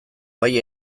bai